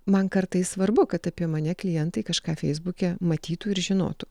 man kartais svarbu kad apie mane klientai kažką feisbuke matytų ir žinotų